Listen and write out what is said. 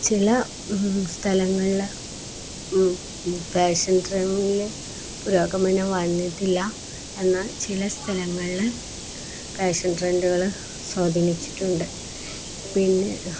ചില സ്ഥലങ്ങളില് ഫാഷൻ ട്രെൻഡില് പുരോഗമനം വന്നിട്ടില്ല എന്നാല് ചില സ്ഥലങ്ങളില് ഫാഷൻ ട്രെൻഡുകളെ സ്വാധീനിച്ചിട്ടുണ്ട് പിന്നെ